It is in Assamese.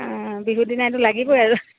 অঁ বিহুৰ দিনাটো লাগিবই আৰু